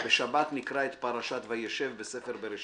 בשבת נקרא את פרשת "וישב" בספר בראשית.